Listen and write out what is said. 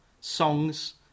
songs